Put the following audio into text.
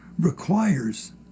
requires